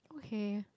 okay